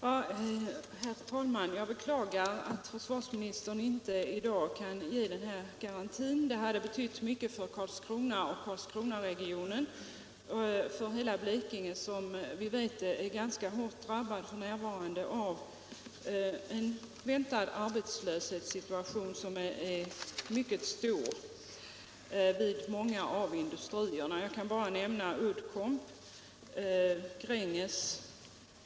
Herr talman! Jag beklagar att försvarsministern inte i dag kan ge den här garantin. Det hade betytt mycket för Karlskrona och Karlskronaregionen liksom för hela Blekinge, som vi vet är ganska hårt pressat f.n. av en väntad mycket stor arbetslöshet vid många av industrierna. Jag behöver bara nämna Uddcomb och Gränges.